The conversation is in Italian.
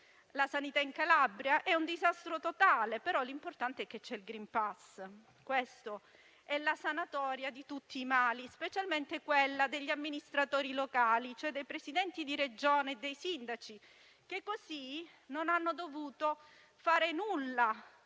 La sanità in Calabria è un disastro totale, ma l'importante è che ci sia il *green pass*. È questa la sanatoria di tutti i mali, specialmente per gli amministratori locali, ovvero i Presidenti di Regione e i sindaci, che così non hanno dovuto fare nulla